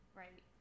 right